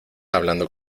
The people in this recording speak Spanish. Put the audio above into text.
hablando